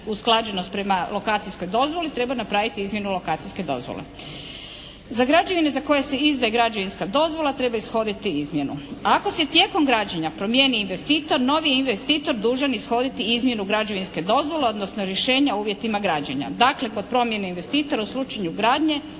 usklađenost prema lokacijskoj dozvoli treba napraviti izmjenu lokacijske dozvole. Za građevine za koje se izdaje građevinska dozvola treba ishoditi izmjenu. Ako se tijekom građenja promijeni investitor novi je investitor dužan ishoditi izmjenu građevinske dozvole odnosno rješenja o uvjetima građenja. Dakle, kod promjene investitora u slučaju gradnje